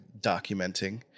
documenting